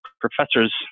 professors